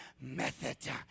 method